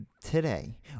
Today